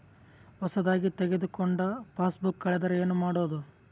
ಹೊಸದಾಗಿ ತೆಗೆದುಕೊಂಡ ಪಾಸ್ಬುಕ್ ಕಳೆದರೆ ಏನು ಮಾಡೋದು?